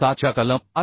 8002007 च्या कलम 5